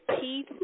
teeth